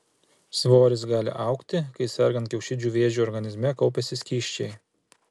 svoris gali augti kai sergant kiaušidžių vėžiu organizme kaupiasi skysčiai